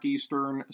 Eastern